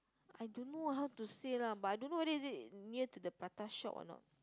I don't know how to say lah but I don't know whether is it near to the Prata shop or not